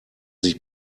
sich